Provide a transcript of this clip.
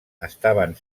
estaven